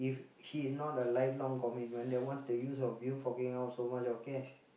if she is not a life long commitment then what's the use of you forking out so much of cash